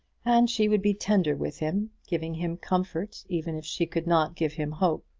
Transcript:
and she would be tender with him, giving him comfort even if she could not give him hope.